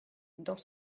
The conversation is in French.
dans